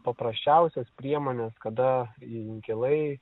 paprasčiausios priemonės kada inkilai